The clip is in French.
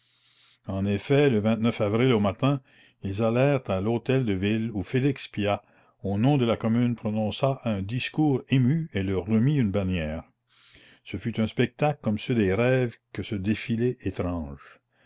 en effet le avril au matin ils allèrent à l'hôtel-de-ville où félix pyat au nom de la commune prononça un discours ému et leur remit une bannière ce fut un spectacle comme ceux des rêves que ce défilé étrange